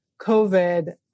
COVID